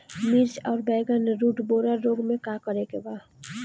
मिर्च आउर बैगन रुटबोरर रोग में का करे के बा?